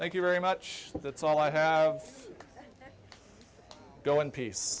thank you very much that's all i have go in peace